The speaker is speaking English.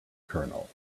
colonel